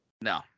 No